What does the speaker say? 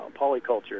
polyculture